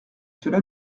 cela